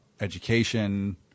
education